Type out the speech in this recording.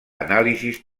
anàlisis